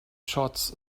shots